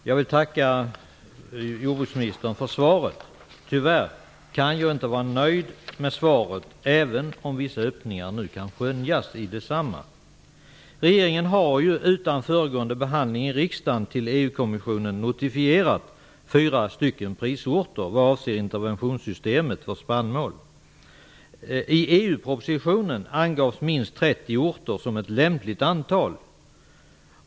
Fru talman! Jag vill tacka jordbruksministern för svaret. Men tyvärr kan jag inte känna mig nöjd med svaret, även om vissa öppningar nu kan skönjas i det. Regeringen har, utan föregående behandling i riksdagen, till EU-kommissionen notificerat fyra stycken prisorter vad avser interventionssystemet för spannmål. I EU-propositionen angavs minst 30 orter som ett lämpligt antal.